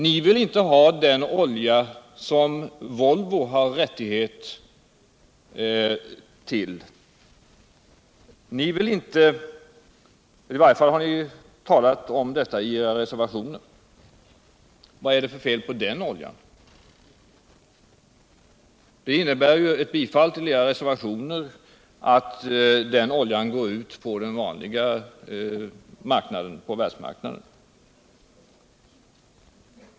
Ni vill inte ha den olja som Volvo har rättighet till, i varje fall har ni talat om detta i era reservationer. Vad är det för fel på den oljan? Ett bifall till era reservationer innebär ju att den oljan går ut på världsmarknaden.